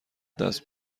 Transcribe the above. دست